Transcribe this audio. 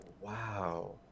wow